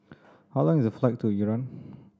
how long is the flight to Iran